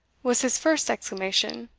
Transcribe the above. was his first exclamation,